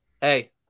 hey